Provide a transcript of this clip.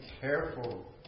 careful